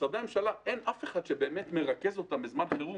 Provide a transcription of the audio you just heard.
למשרדי הממשלה אין אף אחד שבאמת מרכז אותם בזמן חירום,